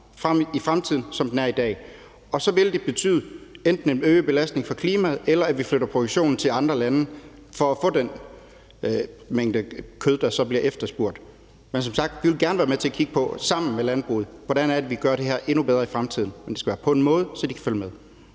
i fremtiden, som den er i dag, og så vil det enten betyde en øget belastning for klimaet, eller at vi flytter produktionen til andre lande for at få den mængde kød, der bliver efterspurgt. Men som sagt vil vi gerne være med til sammen med landbruget at kigge på, hvordan vi kan gøre det her endnu bedre i fremtiden, men det skal være på en måde, så de kan følge med.